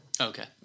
okay